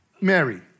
Mary